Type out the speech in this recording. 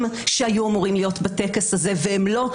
שהיו אמורים להיות בטקס הזה אבל הם לא,